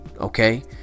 Okay